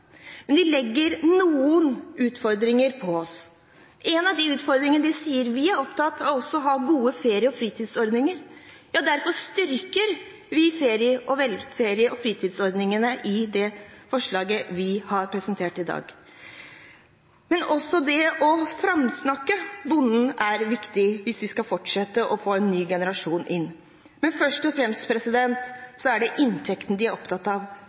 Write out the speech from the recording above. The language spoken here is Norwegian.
Men de legger noen utfordringer på oss. En av disse utfordringene er at de sier de er opptatt av også å ha gode ferie- og fritidsordninger. Derfor styrker vi ferie- og fritidsordningene i det forslaget vi har presentert i dag. Også det å framsnakke bonden er viktig hvis vi skal fortsette å få en ny generasjon inn. Men først og fremst er det inntekten de er opptatt av.